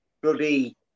bloody